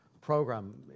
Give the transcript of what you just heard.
program